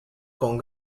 con